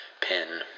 pin